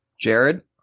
Jared